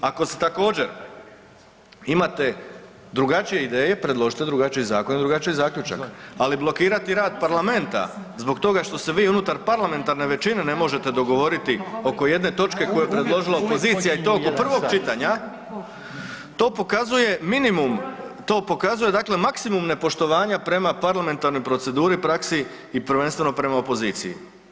Ako također imate drugačije ideje predložite drugačiji zakon ili drugačiji zaključak, ali blokirati rad Parlamenta zbog toga što se vi unutar parlamentarne većine ne možete dogovoriti oko jedne točke koju je predložila opozicija i to oko prvog čitanja to pokazuje minimum, to pokazuje dakle maksimum nepoštovanja prema neparlamentarnoj proceduri, praksi i prvenstveno prema opoziciji.